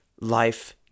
Life